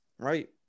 Right